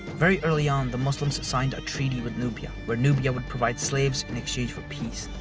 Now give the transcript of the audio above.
very early on, the muslims signed a treaty with nubia where nubia would provide slaves in exchange for peace.